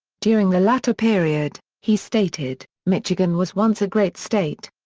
during the latter period, he stated, michigan was once a great state.